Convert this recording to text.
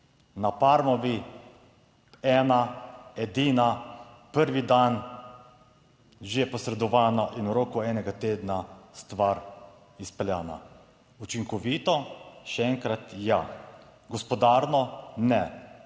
na Parmovi ena, edina, prvi dan že posredovano in v roku enega tedna stvar izpeljana. Učinkovito? Še enkrat, ja. Gospodarno? Ne.